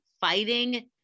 fighting